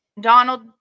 Donald